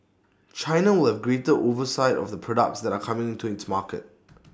China will have greater oversight of the products that are coming into its market